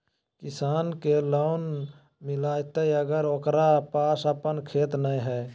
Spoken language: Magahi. किसान के लोन मिलताय अगर ओकरा पास अपन खेत नय है?